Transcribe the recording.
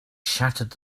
shattered